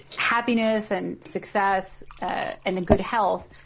happiness and success ah and good health